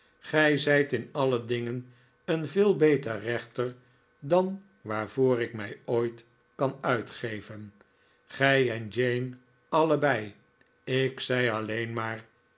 gij zijt in alle dingen een veel beter rechter dan waarvoor ik mij ooit kan uitgeven gij en jane allebei ik zei alleen maar